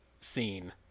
scene